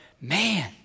man